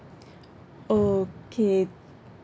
okay